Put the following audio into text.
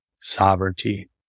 Sovereignty